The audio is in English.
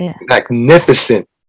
Magnificent